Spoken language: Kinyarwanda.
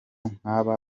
nk’aba